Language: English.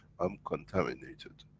i'm contaminated.